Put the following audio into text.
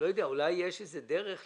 אולי יש איזו דרך לדבר.